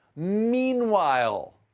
meanwhile!